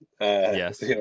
Yes